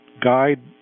guide